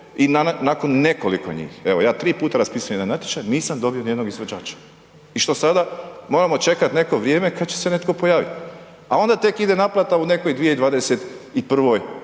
i nakon nekoliko njih. Evo ja tri puta raspisujem jedan natječaj nisam dobio niti jednog izvođača. I što sada? Moramo čekati neko vrijeme kada će se netko pojaviti. A onda tek ide naplata u nekoj 2021.